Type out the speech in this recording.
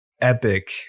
Epic